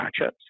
matchups